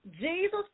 Jesus